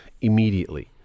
immediately